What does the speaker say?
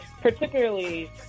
particularly